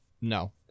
No